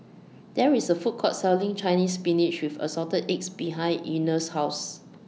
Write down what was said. There IS A Food Court Selling Chinese Spinach with Assorted Eggs behind Einar's House